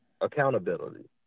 accountability